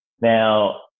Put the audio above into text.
now